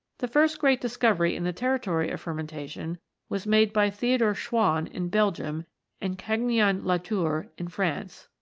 the first great discovery in the territory of fermen tation was made by theodore schwann in belgium and cagniard latour in france.